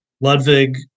Ludwig